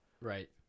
Right